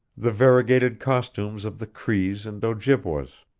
the variegated costumes of the crees and ojibways.